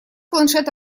планшет